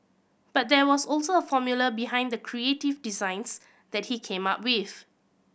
but there was also a formula behind the creative designs that he came up with